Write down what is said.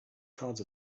clouds